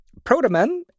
Protoman